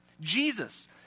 Jesus